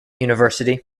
university